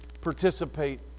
participate